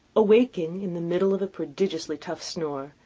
awaking in the middle of a prodigiously tough snore,